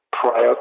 prior